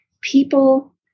people